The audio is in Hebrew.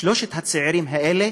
שלושת הצעירים האלה